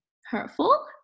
hurtful